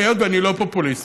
היות שאני לא פופוליסט,